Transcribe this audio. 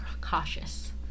cautious